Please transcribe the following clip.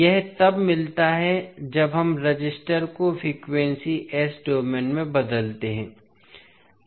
यह तब मिलता है जब हम रेसिस्टर को फ़्रीक्वेंसी s डोमेन में बदलते हैं